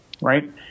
right